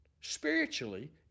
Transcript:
spiritually